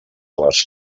les